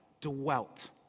dwelt